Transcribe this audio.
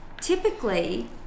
typically